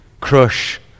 crush